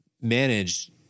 manage